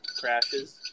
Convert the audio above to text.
crashes